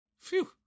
Phew